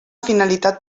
finalitat